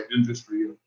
industry